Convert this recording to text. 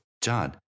John